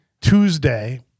Tuesday